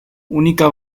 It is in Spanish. única